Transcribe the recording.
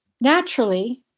Naturally